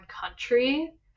country